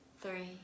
three